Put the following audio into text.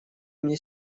мне